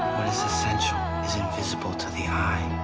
essential is invisible to the eye